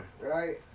Right